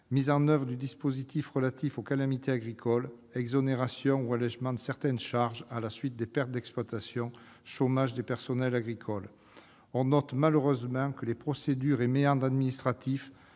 mise en oeuvre du dispositif relatif aux calamités agricoles, exonération ou allégement de certaines charges à la suite des pertes d'exploitation, indemnisation du chômage des personnels agricoles. On note, malheureusement, que les procédures et méandres administratifs